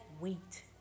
wheat